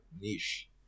niche